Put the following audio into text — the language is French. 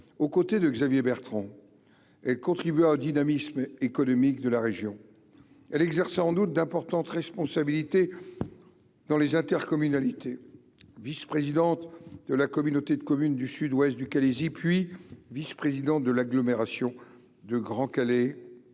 aux côtés de Xavier Bertrand et contribuer au dynamisme économique de la région, elle exerce doute d'importantes responsabilités dans les intercommunalités, vice-présidente de la communauté de communes du sud-ouest du Calaisis, puis vice-président de l'agglomération de Grand Calais